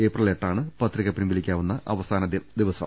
April എട്ടാണ് പത്രിക പിൻവലിക്കാവുന്ന അവസാന ദിവസം